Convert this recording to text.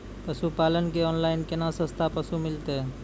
पशुपालक कऽ ऑनलाइन केना सस्ता पसु मिलतै?